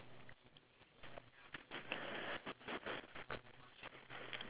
and then I still remember when the waiter was like coming in with the food then we were like